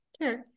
Sure